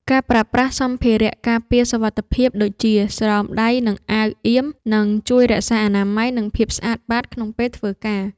ការប្រើប្រាស់សម្ភារៈការពារសុវត្ថិភាពដូចជា ស្រោមដៃ និងអាវអៀម នឹងជួយរក្សាអនាម័យ និងភាពស្អាតបាតក្នុងពេលធ្វើការ។